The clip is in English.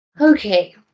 okay